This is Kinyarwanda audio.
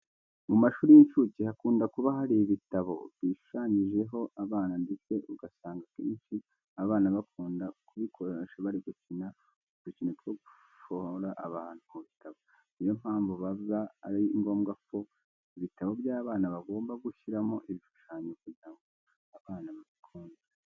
Mu mashuri y'incuke hakunda kuba hari ibitabo bishushanyijemo abana ndetse ugasanga akenshi abana bakunda kubikoresha bari gukina udukino two gufombora abantu mu bitabo. Ni yo mpamvu biba ari ngombwa ko ibitabo by'abana bagomba gushyiramo ibishushanyo kugira ngo abana babikunde.